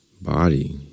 body